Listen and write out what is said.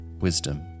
wisdom